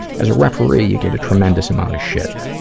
as a referee, you get a tremendous amount of shit.